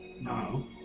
No